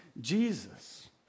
Jesus